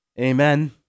Amen